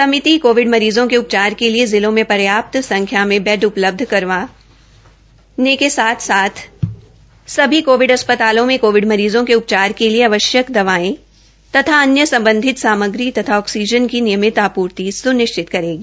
समिति कोविड मरीजों के उपचार के लिए जिलों में पर्याप्त संख्या में बेड उपलब्ध करवाने के साथ साथ सभी कोविड अस्पतालों में कोविड मरीजों के उपचार के लिए आवश्यक दवाएं तथा अन्य सम्बंधित सामग्री तथा ऑक्सीजन की नियमित आपूर्ति सुनिश्चित करेगी